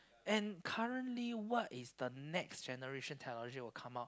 and currently what is the next generation technology will come out